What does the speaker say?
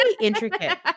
intricate